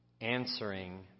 answering